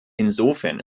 insofern